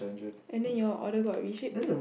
and then your order got reshipped